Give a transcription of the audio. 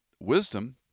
wisdom